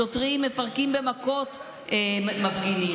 שוטרים מפרקים במכות מפגינים.